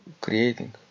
creating